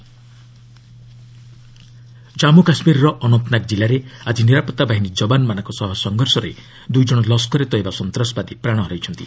JK encounter Jammu କାଶ୍ମୀରର ଅନନ୍ତନାଗ୍ ଜିଲ୍ଲାରେ ଆଜି ନିରାପତ୍ତା ବାହିନୀ ଯବାନମାନଙ୍କ ସହ ସଂଘର୍ଷରେ ଦୁଇ ଜଣ ଲସ୍କରେ ତୟବା ସନ୍ତାସବାଦୀ ପ୍ରାଣ ହରାଇଛନ୍ତି